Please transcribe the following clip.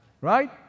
Right